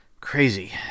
crazy